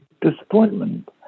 disappointment